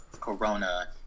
corona